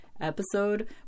episode